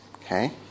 okay